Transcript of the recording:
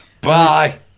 bye